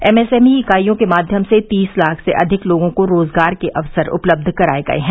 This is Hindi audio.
एमएसएमई इकाइयों के माध्यम से तीस लाख से अधिक लोगों को रोजगार के अवसर उपलब्ध कराये गये हैं